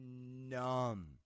numb